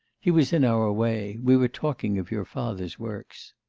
he was in our way. we were talking of your father's works